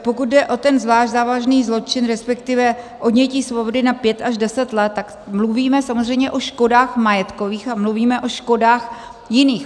Pokud jde o ten zvlášť závažný zločin, resp. odnětí svobody na pět až deset let, tak mluvíme samozřejmě o škodách majetkových a mluvíme o škodách jiných.